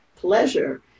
pleasure